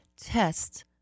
test